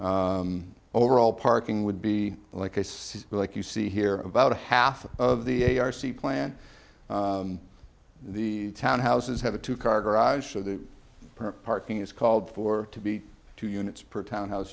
overall parking would be like like you see here about a half of the a r c plan the townhouses have a two car garage so the parking is called for to be two units per townhouse